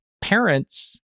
parents